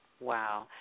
Wow